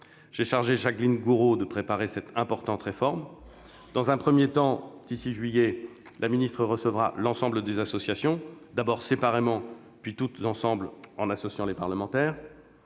J'ai chargé Jacqueline Gourault de préparer cette importante réforme. Dans un premier temps, d'ici à juillet, la ministre recevra l'ensemble des associations, d'abord séparément, puis toutes ensemble, en associant les parlementaires.